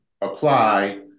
apply